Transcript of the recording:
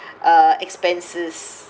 uh expenses